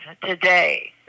today